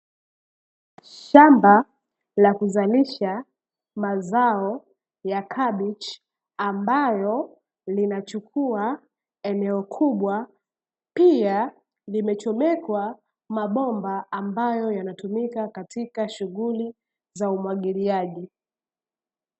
Shamba la kuzalisha mazao ya kabichi ambayo linachukua eneo kubwa, pia limechomekwa mabomba ambayo hutumika katika shughuli ya umwagiliaji.